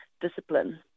discipline